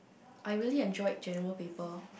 I really enjoyed General Paper